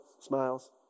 smiles